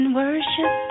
worship